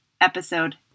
episode